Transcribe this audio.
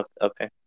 Okay